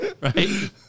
Right